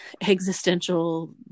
existential